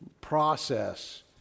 process